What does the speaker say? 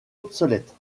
obsolètes